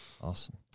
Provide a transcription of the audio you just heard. Awesome